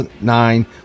nine